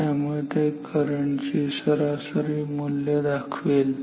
त्यामुळे ते करंट ची सरासरी मूल्य दाखवेल